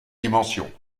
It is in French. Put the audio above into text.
dimensions